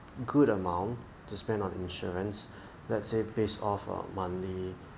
good amount to spend on insurance let's say base of a monthly